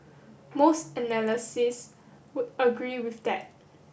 most analysts would agree with that